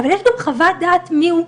אבל יש גם חוות דעת לגבי מי הוא,